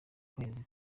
kwezi